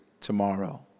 tomorrow